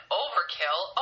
overkill